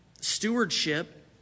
stewardship